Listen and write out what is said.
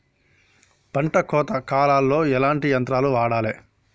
పంట కోత కాలాల్లో ఎట్లాంటి యంత్రాలు వాడాలే?